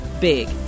big